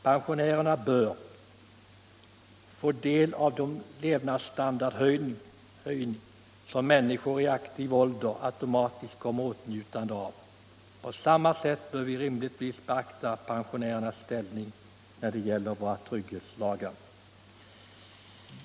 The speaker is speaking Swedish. Pensionärerna bör få del av den höjning av levnadsstandarden som människor i aktiv ålder automatiskt kommer i åtnjutande av. På samma sätt bör vi rimligtvis betrakta pensionärernas ställning när det gäller våra trygghetslagar.